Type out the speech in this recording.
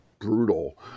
brutal